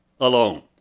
alone